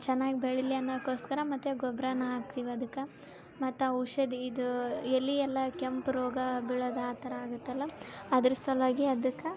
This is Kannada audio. ಚೆನ್ನಾಗಿ ಬೆಳಿಲಿ ಅನ್ನಾಕ್ಕೋಸ್ಕರ ಮತ್ತು ಗೊಬ್ಬರನ ಹಾಸ್ತೀವಿ ಅದಕ್ಕೆ ಮತ್ತು ಔಷಧಿ ಇದು ಎಲೆ ಎಲ್ಲಾ ಕೆಂಪು ರೋಗ ಬಿಳೋದು ಆ ಥರ ಆಗತ್ತಲ್ಲ ಅದ್ರ ಸಲುವಾಗಿ ಅದಕ್ಕೆ